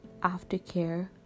aftercare